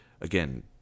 again